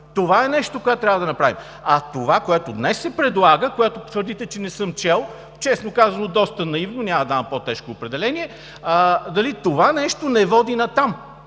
Това е нещото, което трябва да направим, а това, което днес се предлага, което твърдите, че не съм чел, честно казано, доста наивно, няма да давам по-тежко определение, дали това нещо не води натам?